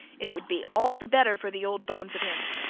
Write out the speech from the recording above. it would be all the better for the old bones of him,